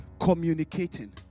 communicating